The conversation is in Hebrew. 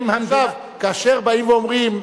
כאשר באים ואומרים,